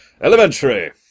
Elementary